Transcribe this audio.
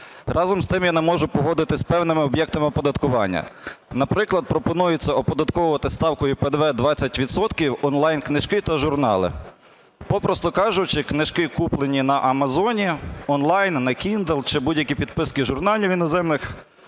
Разом з тим я не можу погодитися з певними об'єктами оподаткування. Наприклад, пропонується оподатковувати ставкою ПДВ 20 відсотків онлайн-книжки та журнали. Попросту кажучи, книжки, куплені на амазоні онлайн, на kindle, чи будь-які підписки журналів іноземних